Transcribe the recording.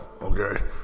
okay